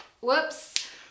whoops